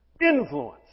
Influence